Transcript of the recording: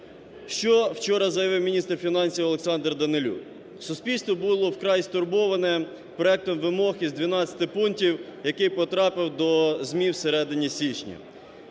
Що вчора заявив міністр фінансів Олександр Данилюк? Суспільство було вкрай стурбоване проектом вимог із 12 пунктів, який потрапив до ЗМІ всередині січня.